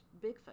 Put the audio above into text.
Bigfoot